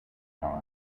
tide